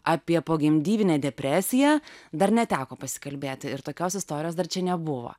apie pogimdyminę depresiją dar neteko pasikalbėti ir tokios istorijos dar čia nebuvo